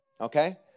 okay